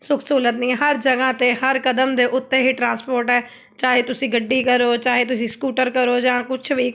ਸੁੱਖ ਸਹੂਲਤ ਨਹੀਂ ਹਰ ਜਗ੍ਹਾ 'ਤੇ ਹਰ ਕਦਮ ਦੇ ਉੱਤੇ ਹੀ ਟਰਾਂਸਪੋਰਟ ਹੈ ਚਾਹੇ ਤੁਸੀਂ ਗੱਡੀ ਕਰੋ ਚਾਹੇ ਤੁਸੀਂ ਸਕੂਟਰ ਕਰੋ ਜਾਂ ਕੁਛ ਵੀ